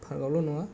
park आवल' नङा